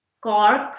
cork